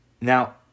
Now